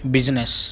Business